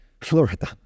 Florida